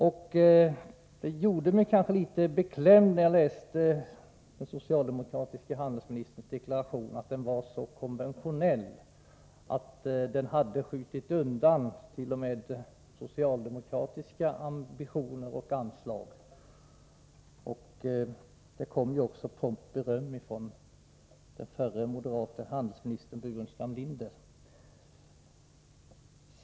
När jag läste den socialdemokratiske handelsministerns deklaration gjorde det mig litet beklämd att den var så konventionell och att man hade skjutit undan t.o.m. socialdemokratiska ambitioner och anslag. Det kom ju också beröm från den förre moderate handelsministern Staffan Burenstam Linder.